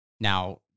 Now